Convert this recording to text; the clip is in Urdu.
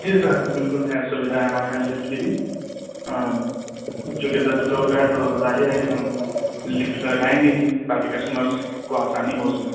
جی سر بالکل ہے سویدھا ہے ہمارے یہاں لفٹ کی بھی چونکہ دس فلور کا ہے تو ظاہر ہے کہ ہم لفٹ لگائیں گے ہی تاکہ کسٹمرس کو آسانی ہو اس میں